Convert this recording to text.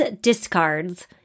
discards